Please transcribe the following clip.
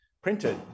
printed